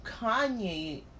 Kanye